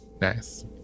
Nice